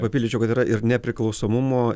papildyčiau kad yra ir nepriklausomumo